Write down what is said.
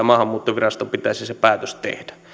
maahanmuuttoviraston pitäisi se päätös tehdä